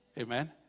Amen